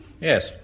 yes